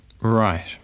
Right